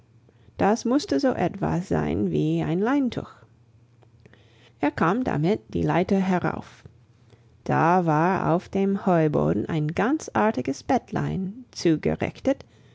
das musste so etwas sein wie ein leintuch er kam damit die leiter herauf da war auf dem heuboden ein ganz artiges bettlein